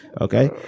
Okay